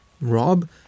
Rob